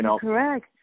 correct